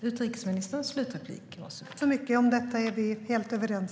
Fru talman! Om detta är vi helt överens.